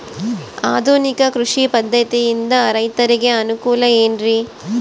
ಆಧುನಿಕ ಕೃಷಿ ಪದ್ಧತಿಯಿಂದ ರೈತರಿಗೆ ಅನುಕೂಲ ಏನ್ರಿ?